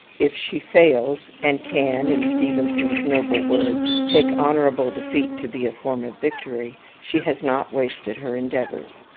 if she fails, and can, in stevenson's noble words, take honourable defeat to be a form of victory, she has not wasted her endeavours.